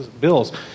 bills